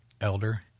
elder